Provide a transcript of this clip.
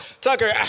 Tucker